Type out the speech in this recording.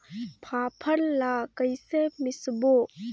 फाफण ला कइसे मिसबो?